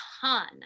ton